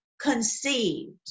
conceived